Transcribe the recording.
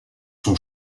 son